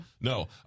no